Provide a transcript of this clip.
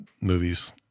movies